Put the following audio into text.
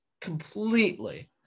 completely